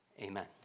amen